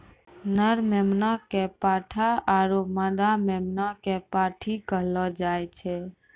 नर मेमना कॅ पाठा आरो मादा मेमना कॅ पांठी कहलो जाय छै